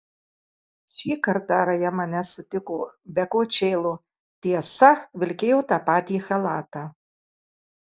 šį kartą raja mane sutiko be kočėlo tiesa vilkėjo tą patį chalatą